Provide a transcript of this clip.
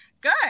Good